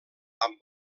amb